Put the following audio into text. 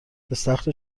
استخر